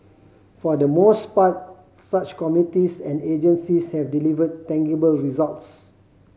for the most part such committees and agencies have delivered tangible results